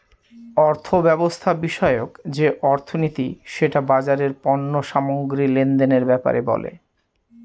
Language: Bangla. অর্থব্যবস্থা বিষয়ক যে অর্থনীতি সেটা বাজারের পণ্য সামগ্রী লেনদেনের ব্যাপারে বলে